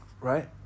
right